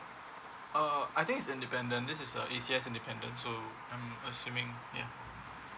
uh I think is independent this is a A_C_S independent so I'm assuming yeah